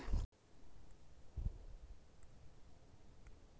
ನಮ್ ದೋಸ್ತ ಲೋನ್ ತಗೊಂಡಿದ ಅದುಕ್ಕ ಒಂಬತ್ ಪರ್ಸೆಂಟ್ ಹೆಚ್ಚಿಗ್ ಕಟ್ಬೇಕ್ ಅಂತ್